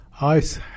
Ice